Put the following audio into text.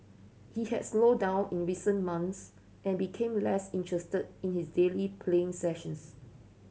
he had slowed down in recent months and became less interested in his daily playing sessions